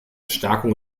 stärkung